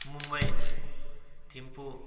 Mumbai Thimphu